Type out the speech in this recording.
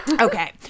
Okay